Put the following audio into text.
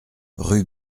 rue